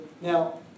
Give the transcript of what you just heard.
Now